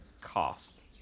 cost